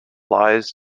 lies